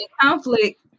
conflict